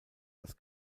das